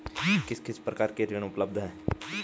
किस किस प्रकार के ऋण उपलब्ध हैं?